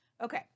Okay